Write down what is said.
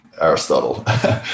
Aristotle